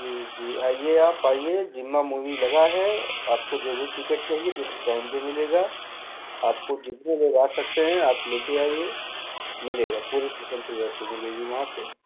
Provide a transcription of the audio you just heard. जी जी आइए आप आइए जिम्मा मूवी लगा है आपको जो भी टिकट चाहिए डिस्काउंट पर मिलेगा आपको जितने लोग आ सकते हैं आप लेकर आइए मिलेगा पूरे किस्म की व्यवस्था मिलेगी वहाँ पर